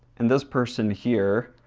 and this person here.